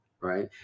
Right